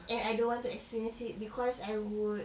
and I don't want to experience it because I would